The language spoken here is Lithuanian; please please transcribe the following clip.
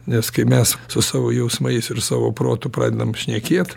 nes kai mes su savo jausmais ir savo protu pradedam šnekėt